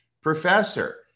Professor